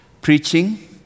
Preaching